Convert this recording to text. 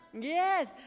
Yes